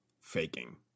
faking